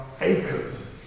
acres